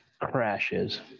crashes